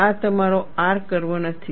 આ તમારો R curve નથી